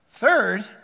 Third